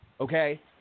Okay